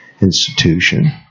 institution